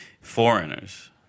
foreigners